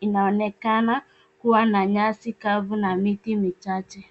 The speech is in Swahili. inaonekana kuwa na nyasi kavu na miti michache.